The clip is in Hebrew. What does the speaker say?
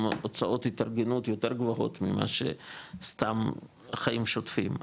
גם הוצאות התארגנות יותר גבוהות ממה שסתם חיים שוטפים,